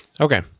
Okay